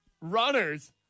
runners